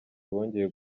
wongeye